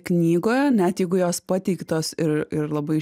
knygoje net jeigu jos pateiktos ir ir labai